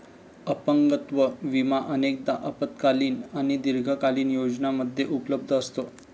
अपंगत्व विमा अनेकदा अल्पकालीन आणि दीर्घकालीन योजनांमध्ये उपलब्ध असतो